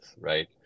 right